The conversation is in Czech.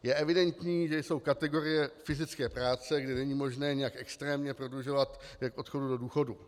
Je evidentní, že jsou kategorie fyzické práce, kde není možné nějak extrémně prodlužovat věk odchodu do důchodu.